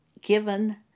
given